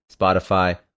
Spotify